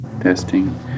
Testing